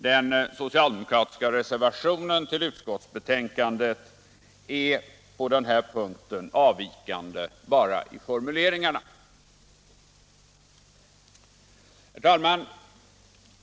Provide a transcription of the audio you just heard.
Den socialdemokratiska reservationen till utskottsbetänkandet är på denna punkt avvikande bara i formuleringarna. Herr talman!